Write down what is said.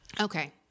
Okay